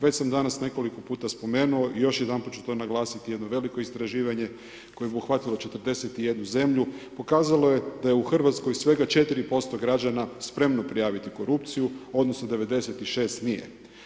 Već sam danas nekoliko puta spomenuo i još jedanput ću to naglasiti jedno veliko istraživanje koje je obuhvatilo 41 zemlju pokazalo je da je u Hrvatskoj svega 4% građana spremno prijaviti korupciju odnosno 96 nije.